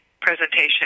presentation